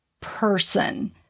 person